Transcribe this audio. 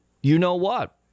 you-know-what